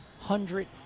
hundred